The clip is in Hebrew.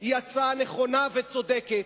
היא הצעה נכונה וצודקת.